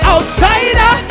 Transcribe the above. Outsider